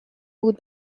بود